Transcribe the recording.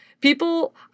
People